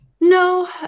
No